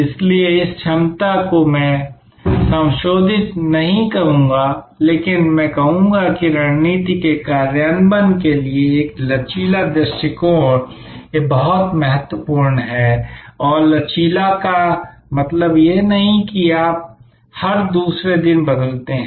इसलिए इस क्षमता को मैं संशोधित नहीं कहूंगा लेकिन मैं कहूंगा कि रणनीति के कार्यान्वयन के लिए एक लचीला दृष्टिकोण बहुत महत्वपूर्ण है और लचीला का मतलब यह नहीं है कि आप हर दूसरे दिन बदलते हैं